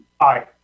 Aye